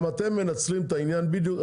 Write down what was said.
גם אתם מנצלים את העניין.